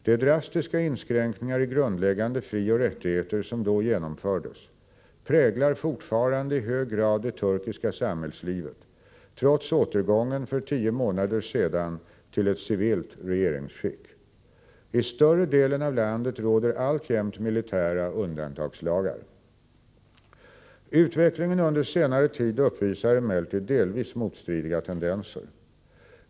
De drastiska inskränkningar i grundläggande frioch rättigheter som då genomfördes präglar fortfarande i hög grad det turkiska samhällslivet trots återgången för tio månader sedan till ett civilt regeringsskick. I större delen av landet råder alltjämt militära undantagslagar. Utvecklingen under senare tid uppvisar emellertid delvis motstridiga tendenser.